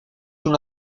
una